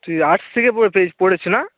তুই আর্টস থেকে পড়েছে না